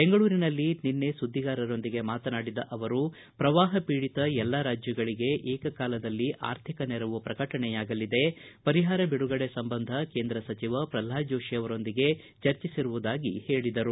ಬೆಂಗಳೂರಿನಲ್ಲಿ ನಿನ್ನೆ ಸುದ್ದಿಗಾರರೊಂದಿಗೆ ಮಾತನಾಡಿದ ಅವರು ಪ್ರವಾಪ ಪೀಡಿತ ಎಲ್ಲ ರಾಜ್ಯಗಳಿಗೆ ಏಕಕಾಲದಲ್ಲಿ ಆರ್ಥಿಕ ನೆರವು ಪ್ರಕಟಣೆಯಾಗಲಿದೆ ಪರಿಹಾರ ಬಿಡುಗಡೆ ಸಂಬಂಧ ಕೇಂದ್ರ ಸಚಿವ ಪ್ರಲ್ಹಾದ್ ಜೋಷಿ ಅವರೊಂದಿಗೆ ಚರ್ಚಿಸಿರುವುದಾಗಿ ಹೇಳಿದರು